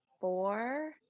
four